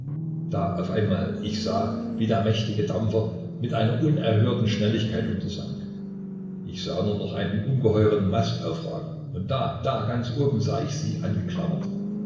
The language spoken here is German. da auf einmal ich sah wie der mächtige dampfer mit einer unerhörten schnelligkeit untersank ich sah nur noch einen ungeheuren mast aufragen und da da ganz oben sah ich sie angeklammert